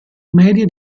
medie